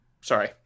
sorry